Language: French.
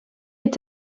est